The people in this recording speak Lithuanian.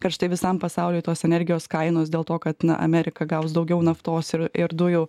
karštai visam pasauliui tos energijos kainos dėl to kad na amerika gaus daugiau naftos ir ir dujų